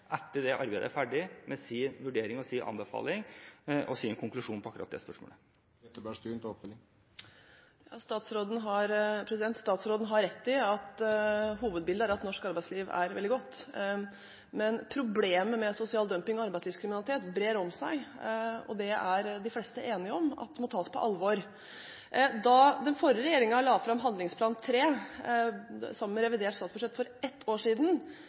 med sin vurdering, sin anbefaling og sin konklusjon på akkurat det spørsmålet. Statsråden har rett i at hovedbildet er at norsk arbeidsliv er veldig godt. Men problemet med sosial dumping og arbeidslivskriminalitet brer seg, og de fleste er enige om at det må tas på alvor. Da den forrige regjeringen la fram Handlingsplan 3 sammen med revidert statsbudsjett for ett år siden,